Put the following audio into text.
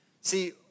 See